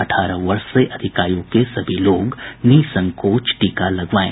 अठारह वर्ष से अधिक आयु के सभी लोग निःसंकोच टीका लगवाएं